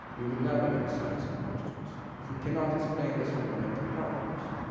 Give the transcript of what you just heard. we will never have a science of consciousness. if we cannot explain this fundamental paradox,